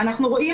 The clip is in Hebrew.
אנחנו רואים